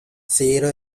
zero